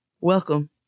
Welcome